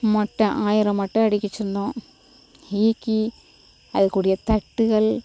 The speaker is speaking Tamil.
மட்டை ஆயிரம் மட்டை அடிக்க சொன்னோம் ஈ கி அதுக்குடைய தட்டுகள்